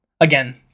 again